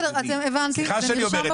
סליחה שאני אומר את זה.